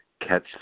catch